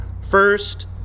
First